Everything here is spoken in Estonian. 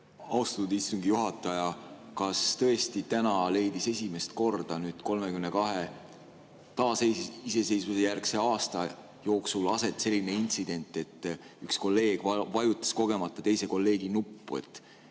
Austatud istungi juhataja! Kas tõesti täna leidis esimest korda 32 taasiseseisvumisjärgse aasta jooksul aset selline intsident, et üks kolleeg vajutas kogemata teise kolleegi nuppu?